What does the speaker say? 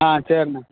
ஆ சரிண்ணே